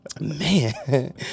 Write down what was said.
Man